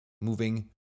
moving